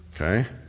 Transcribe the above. Okay